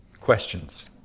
questions